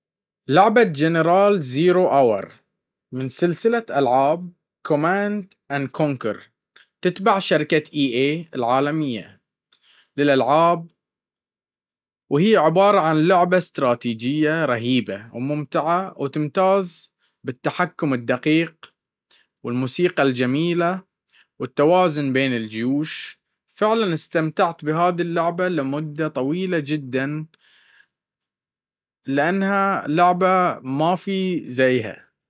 لعبة جينيرالز زيرو أور من سلسلة ألعاب كماند أند كوكنكر تبع شركة إي أيه العالمية للألعاب وهي عبارة عن لعبة استراتيجية رهيبة وممتعة وتمتاز بالتحكم الدقيق والموسيقى الجميلة والتوازن بين الجيوش فعلا استمتعت بهذي اللعبة لمدة طويلة جدا لانها لعبة مافي زيها.